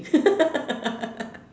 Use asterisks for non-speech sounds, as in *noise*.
*laughs*